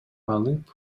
алып